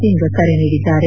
Singh ಕರೆನೀಡಿದ್ದಾರೆ